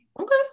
okay